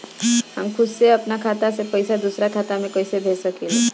हम खुद से अपना खाता से पइसा दूसरा खाता में कइसे भेज सकी ले?